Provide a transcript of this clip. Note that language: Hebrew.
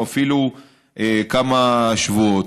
או אפילו כמה שבועות.